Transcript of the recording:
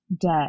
debt